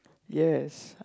yes